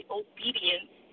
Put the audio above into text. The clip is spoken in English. obedience